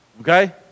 okay